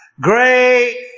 Great